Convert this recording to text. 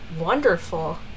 wonderful